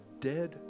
dead